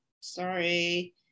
sorry